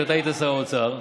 כשאתה היית שר האוצר.